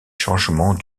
changements